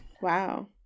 Wow